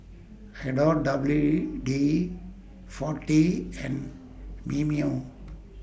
Adore W D forty and Mimeo